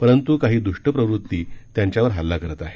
परंतू काही द्र्ष्ट प्रवृत्ती त्यांच्यावर हल्ला करीत आहेत